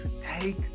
take